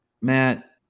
Matt